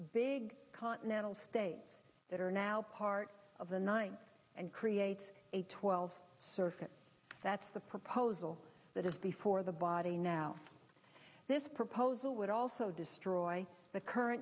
big continental states that are now part of the nine and creates a twelve circuit that's the proposal that is before the body now this proposal would also destroy the current